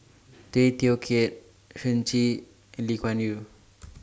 Tay Teow Kiat Shen Xi and Lee Kuan Yew